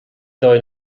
dóigh